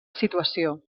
situació